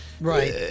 Right